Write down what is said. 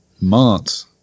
months